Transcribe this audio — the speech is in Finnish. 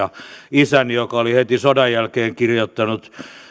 isäni joka oli heti sodan jälkeen kirjoittanut